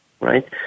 Right